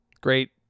Great